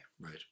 Right